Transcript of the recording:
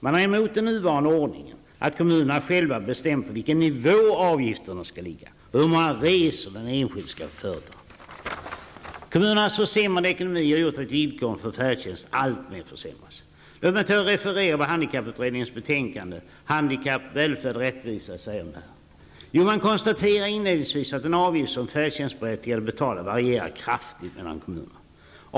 Man är emot den nuvarande ordningen, att kommunerna själva bestämmer på vilken nivå avgifterna skall ligga och hur många resor den enskilde skall få företa. Kommunernas försämrade ekonomi har gjort att villkoren för färdtjänst alltmer har försämrats. Låt mig referera vad som sägs om det här i handikapputredningens betänkande Handikapp, Det konstateras inledningsvis att den avgift som de färdtjänstberättigade betalar varierar kraftigt mellan kommunerna.